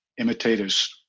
imitators